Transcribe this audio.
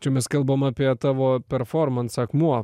čia mes kalbam apie tavo performansą akmuo